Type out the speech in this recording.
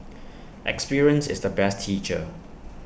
experience is the best teacher